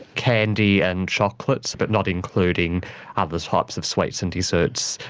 candy and chocolates, but not including other types of sweets and deserts.